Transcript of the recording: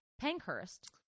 Pankhurst